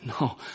No